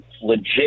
legit